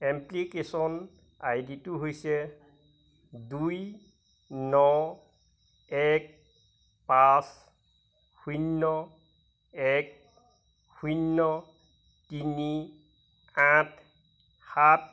application আই ডিটো হৈছে দুই ন এক পাঁচ শূন্য এক শূন্য তিনি আঠ সাত